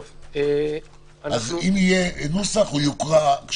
אם יהיה נוסח, הוא יוקרא.